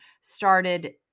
started